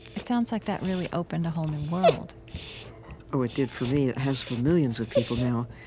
it sounds like that really opened a whole new world oh, it did, for me it has, for millions of people now.